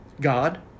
God